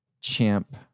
Champ